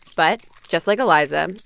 but just like eliza,